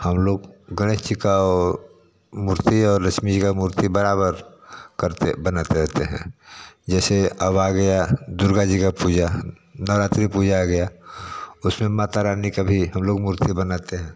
हम लोग गणेश जी का और मूर्ति और लक्ष्मी जी का मूर्ति बराबर करते बनाते रहते हैं जैसे अब आ गया दुर्गा जी का पूजा नवरात्री पूजा आ गया उसमें माता रानी का भी हम लोग मूर्ति बनाते हैं